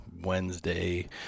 Wednesday